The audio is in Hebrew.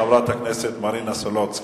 את חברת הכנסת מרינה סולודקין.